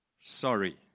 sorry